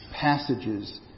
passages